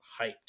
hyped